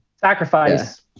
Sacrifice